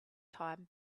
time